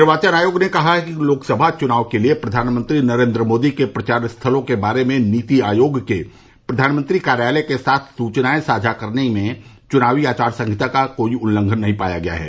निर्वाचन आयोग ने कहा है कि लोकसभा चुनाव के लिए प्रधानमंत्री नरेन्द्र मोदी के प्रचार स्थलों के बारे में नीति आयोग के प्रधानमंत्री कार्यालय के साथ सूचनाएं साझा करने में चुनाव आचार संहिता का कोई उल्लंघन नहीं पाया गया है